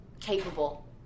capable